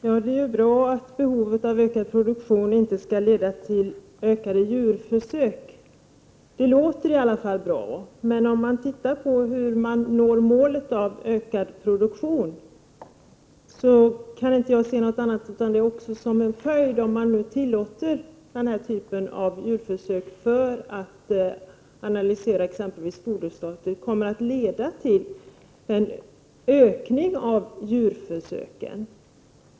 Herr talman! Det är bra att behovet av ökad produktion inte skall leda till fler djurförsök. Det låter i alla fall bra. Men om man studerar hur målet ökad produktion nås, kan jag inte se annat än att en följd av att tillåta denna typ av djurförsök för att analysera exempelvis fodersorter är en ökning av djurförsöken.